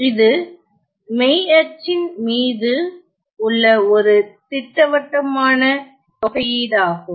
இது மெய் அச்சின் மீது உள்ள ஒரு திட்டவட்டமான தொகையீடாகும்